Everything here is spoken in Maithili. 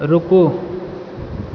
रुकू